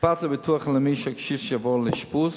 אכפת לביטוח הלאומי שהקשיש יעבור לאשפוז?